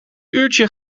uurtje